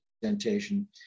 presentation